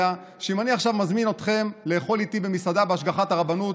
יודע שאם אני עכשיו מזמין אתכם לאכול איתי במסעדה בהשגחת הרבנות,